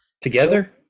Together